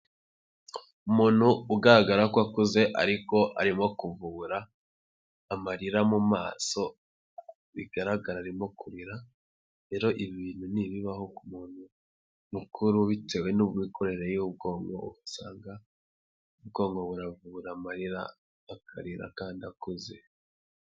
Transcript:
Umuntu ugaragara ko akuze ariko arimo kuvubura amarira mu maso, bigaraga arimo kurira, rero ibi bintu n'ibibaho ku muntu mukuru bitewe n'imikorere y'ubwonko, usanga ubwoko buravubura amarira, akarira kandi akuze.